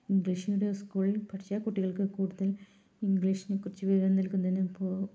English medium സ്കൂളില് പഠിച്ച കുട്ടികള്ക്ക് കൂടുതല് ഇംഗ്ലീഷിനെക്കുറിച്ച് വിവരം നൽകുന്നതിനും ഇപ്പോൾ